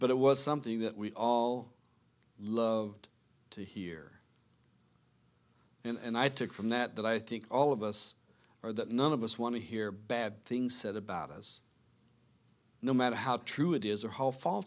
but it was something that we all loved to hear and i took from that that i think all of us are that none of us want to hear bad things said about us no matter how true it is or how false